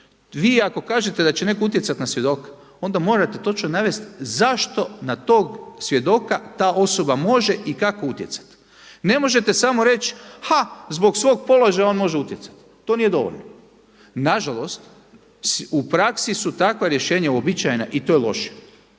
Vi ako kažete da će neko utjecati na svjedoka, onda morate točno navesti zašto na tog svjedoka ta osoba može i kako utjecati. Ne možete samo reći, ha zbog svog položaja on može utjecati, to nije dovoljno. Nažalost, u praksi su takva rješenja uobičajena i to je loše.